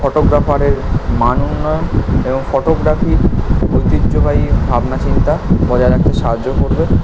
ফটোগ্রাফারের মান উন্নয়ন এবং ফটোগ্রাফির ঐতিহ্যবাহী ভাবনাচিন্তা বজায় রাখতে সাহায্য করবে